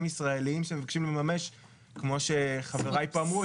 ישראלים שמבקשים לממש כמו שחבריי פה אמרו,